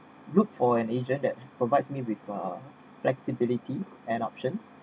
look for an agent that provides me with a flexibility and options